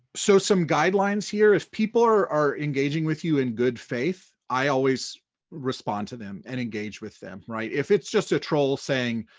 so some guidelines here, if people are are engaging with you in good faith, i always respond to them and engage with them. if it's just a troll saying,